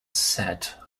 set